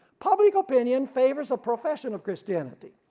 public opinion favors a profession of christianity.